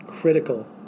critical